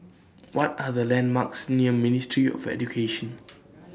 What Are The landmarks near Ministry of Education